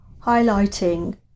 highlighting